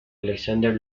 alexander